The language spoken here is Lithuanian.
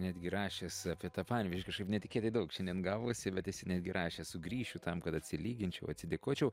netgi rašęs apie tą panevėžį kažkaip netikėtai daug šiandien gavosi bet esi netgi rašęs sugrįšiu tam kad atsilyginčiau atsidėkočiau